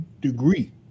degree